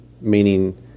meaning